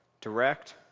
direct